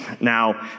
Now